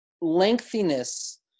lengthiness